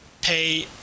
pay